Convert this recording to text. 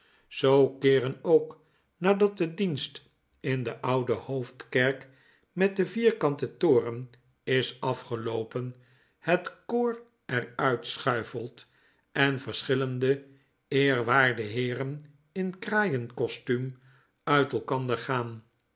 zoo keeren ook nadat de dienst in de oude hoofdkerk met den vierkanten toren is afgeloopen het koor er uit schuifelt en verschillende eerw aarde heeren in kraaien kostuum uit elkander gaan